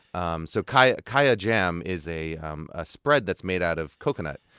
um so kaya kaya jam is a um ah spread that's made out of coconut,